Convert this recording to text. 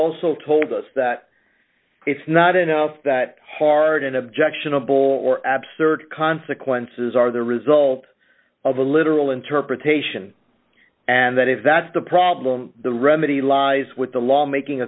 also told us that it's not enough that hard and objectionable or ab cert consequences are the result of a literal interpretation and that if that's the problem the remedy lies with the law making